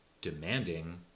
demanding